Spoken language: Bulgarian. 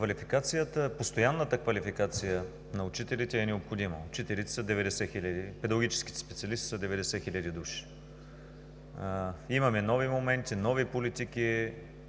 Постоянната квалификация на учителите е необходима. Учителите, педагогическите специалисти са 90 хиляди души. Имаме нови моменти, нови политики,